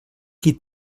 qui